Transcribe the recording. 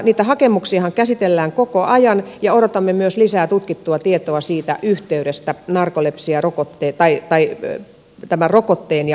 niitä hakemuksiahan käsitellään koko ajan ja odotamme myös lisää tutkittua tietoa siitä yhteydestä tämän rokotteen ja narkolepsiasairauden välillä